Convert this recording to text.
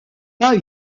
pas